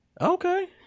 okay